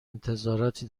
انتظاراتی